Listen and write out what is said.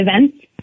events